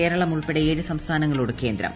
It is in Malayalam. കേരളം ഉൾപ്പെടെ ഏഴ് സംസ്ഥാനങ്ങളോട് കേന്ദ്രം